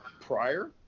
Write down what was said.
prior